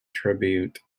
tribute